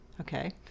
Okay